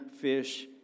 fish